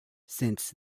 since